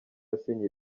yasinye